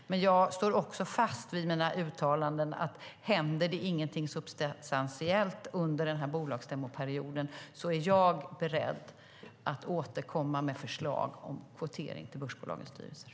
Jag står dock även fast vid mina uttalanden om att jag är beredd att återkomma med förslag om kvotering till börsbolagens styrelser om det inte händer någonting substantiellt under den här bolagsstämmoperioden.